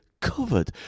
covered